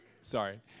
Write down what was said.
Sorry